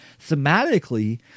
thematically